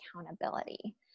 accountability